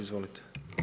Izvolite.